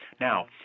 Now